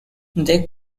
they